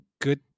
good